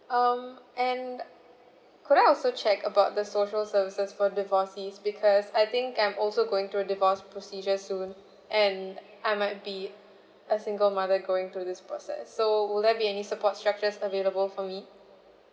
um and could I also check about the social services for divorcees because I think I'm also going through a divorce procedure soon and I might be a single mother going through this process so will there be any support structures available for me